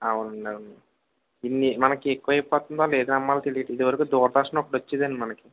అవునండి అవునండి ఇన్ని మనకి ఎక్కువైపోతున్నాయ్ ఏది నమ్మాలో తెలియట్లేదు ఇదివరకు దూరదర్శన్ ఒకటి వచ్చేదండి మనకి